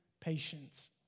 patience